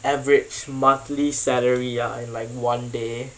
average monthly salary ah in like one day